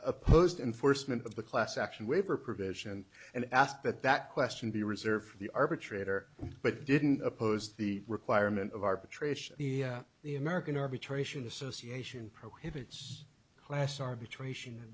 opposed enforcement of the class action waiver provision and asked that that question be reserved for the arbitrator but didn't oppose the requirement of arbitration the american arbitration association prohibits class arbitration